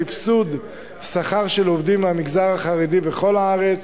סבסוד שכר של עובדים מהמגזר החרדי בכל הארץ,